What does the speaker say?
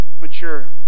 mature